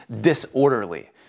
disorderly